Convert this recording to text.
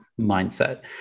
mindset